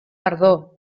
perdó